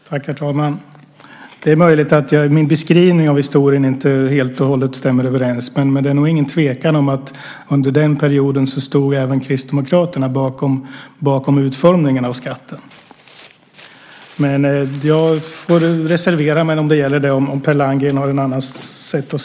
Herr talman! Det är möjligt att min historieskrivning inte helt och hållet stämmer, men det råder nog inget tvivel om att under den perioden stod även Kristdemokraterna bakom utformningen av skatten. Jag får reservera mig om Per Landgren har ett annat synsätt.